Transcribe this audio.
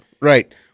Right